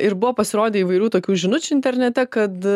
ir buvo pasirodę įvairių tokių žinučių internete kad